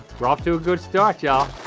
we're off to a good start, y'all.